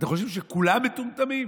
אתם חושב שכולם מטומטמים?